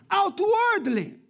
outwardly